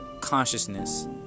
consciousness